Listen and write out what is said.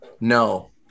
No